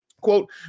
Quote